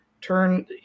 turn